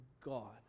God